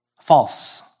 False